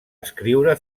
escriure